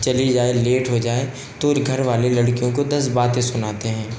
चली जाए लेट हो जाएँ तो घर वाले लड़कियों को दस बातें सुनाते हैं